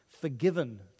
forgiven